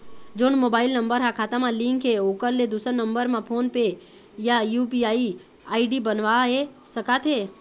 जोन mobile number हा खाता मा लिन्क हे ओकर ले दुसर नंबर मा फोन पे या यू.पी.आई आई.डी बनवाए सका थे?